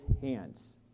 hands